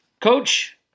Coach